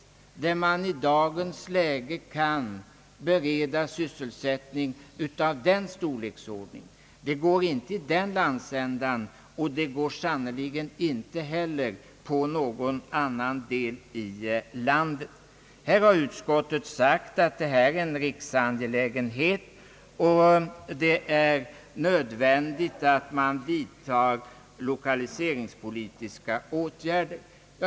Var kan man i dagens läge bereda så många människor sysselsättning? Det går inte i den delen av landet och sannerligen inte heller i någon av de andra delarna. Utskottet har sagt att detta är en riksangelägenhet och att det är nödvändigt att vidta lokaliseringspolitiska åtgärder.